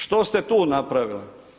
Što ste tu napravili?